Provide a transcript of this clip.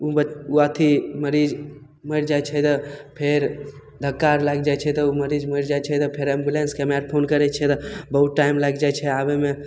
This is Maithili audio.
ओ ब ओ अथी मरीज मरि जाइ छै तऽ फेर धक्का आर लागि जाइ छै तऽ ओ मरीज मरि जाइ छै तऽ फेर एम्बुलेन्सके हमे आर फोन करै छिए तऽ बहुत टाइम लागि जाइ छै आबैमे